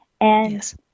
Yes